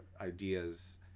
ideas